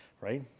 Right